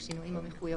בשינויים המחויבים.